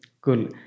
cool